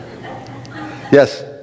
Yes